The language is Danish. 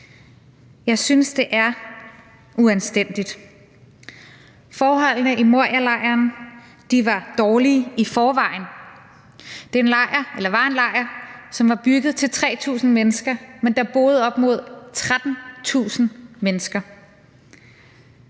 Jeg synes, det er uanstændigt. Forholdene i Morialejren var dårlige i forvejen. Det var en lejr, som var bygget til 3.000 mennesker, men der boede op mod 13.000 mennesker.